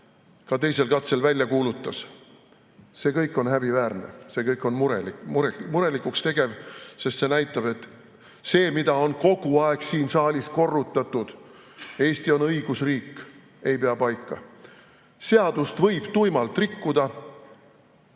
teisel katsel ka välja kuulutas. See kõik on häbiväärne, see kõik on murelikuks tegev, sest see näitab, et see, mida on kogu aeg siin saalis korrutatud, et Eesti on õigusriik, ei pea paika. Seadust võib tuimalt rikkuda.